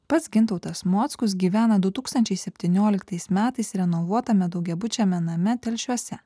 pats gintautas mockus gyvena du tūkstančiai septynioliktais metais renovuotame daugiabučiame name telšiuose